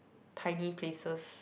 tiny places